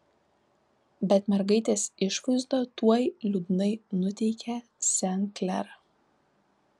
bet mergaitės išvaizda tuoj liūdnai nuteikė sen klerą